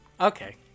Okay